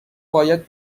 باید